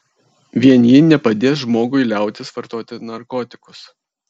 vien ji nepadės žmogui liautis vartoti narkotikus